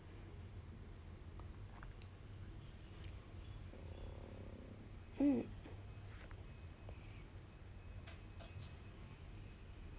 mm